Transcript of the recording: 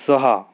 सहा